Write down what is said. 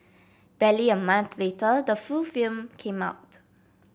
barely a month later the full film came out